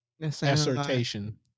assertion